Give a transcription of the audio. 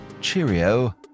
Cheerio